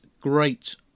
great